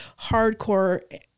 hardcore